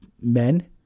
men